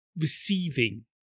receiving